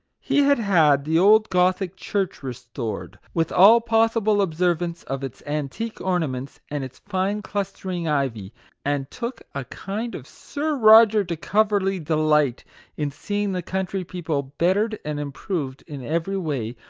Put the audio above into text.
he had had the old gothic church restored, with all possible observance of its antique orna ments and its fine clustering ivy and took a kind of sir roger de coverley delight in seeing the country people, bettered and improved in every way,